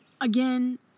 Again